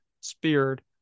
speared